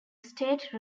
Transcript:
state